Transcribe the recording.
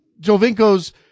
jovinko's